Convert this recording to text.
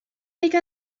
make